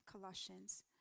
Colossians